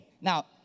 Now